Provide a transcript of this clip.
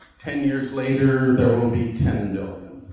ten years later, there will be ten and